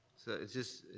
so is this